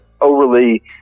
overly